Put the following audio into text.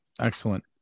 Excellent